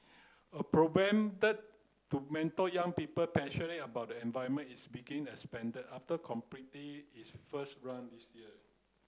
a to mentor young people passionate about the environment is begin expanded after completing its first run last year